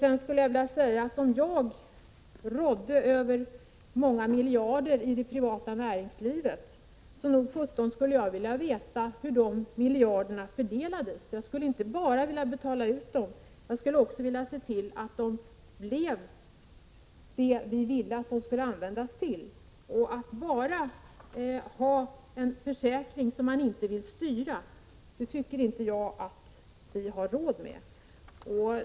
Vidare vill jag säga, att om jag rådde över många miljarder i det privata näringslivet, nog skulle jag vilja veta hur de miljarderna fördelades! Jag skulle inte bara vilja betala ut dem. Jag skulle också vilja veta att de användes till det vi vill att de skall användas till. Jag tycker inte att vi har råd att ha en försäkring som vi inte kan styra.